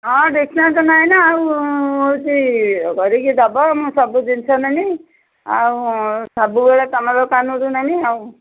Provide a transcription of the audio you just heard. ହଁ ଡିସକାଉଣ୍ଟ ନାଇଁ ନା ଆଉ ହେଉଛି କରିକି ଦେବ ମୁଁ ସବୁ ଜିନିଷ ନେବି ଆଉ ସବୁବେଳେ ତୁମ ଦୋକାନରୁ ନେବି ଆଉ